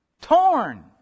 Torn